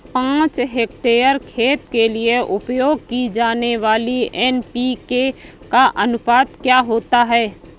पाँच हेक्टेयर खेत के लिए उपयोग की जाने वाली एन.पी.के का अनुपात क्या होता है?